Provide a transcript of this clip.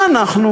שאנחנו